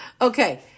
Okay